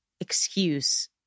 excuse